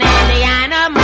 Indiana